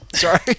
Sorry